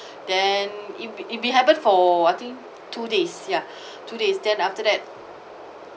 then it it've been happened for I think two days ya two days then after that